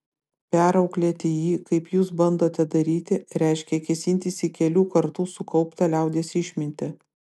perauklėti jį kaip jūs bandote daryti reiškia kėsintis į kelių kartų sukauptą liaudies išmintį